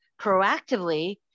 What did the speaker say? proactively